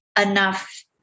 enough